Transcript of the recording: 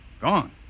Gone